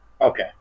Okay